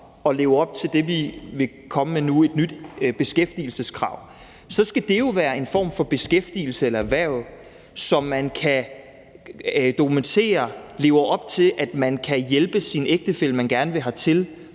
og leve op til det, vi vil komme med nu, nemlig et nyt beskæftigelseskrav, skal det jo være en form for beskæftigelse eller erhverv, som man kan dokumentere lever op til, at man kan hjælpe sin ægtefælle, man gerne vil have hertil,